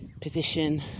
position